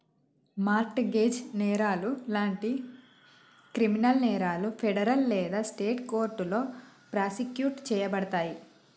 mart gauge నేరాలు లాంటి criminal నేరాలు ఫెడరల్ లేదా స్టేట్ కోర్టులో ప్రాసిక్యూట్ చేయబడతయి